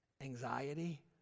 Anxiety